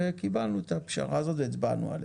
וקיבלנו את הפשרה הזו והצבענו עליה.